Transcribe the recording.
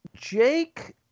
Jake